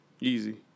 Easy